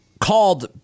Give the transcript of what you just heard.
called